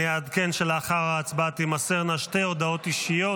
אני אעדכן שלאחר ההצבעה תימסרנה שתי הודעות אישיות,